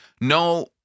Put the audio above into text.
no